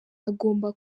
agomba